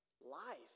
life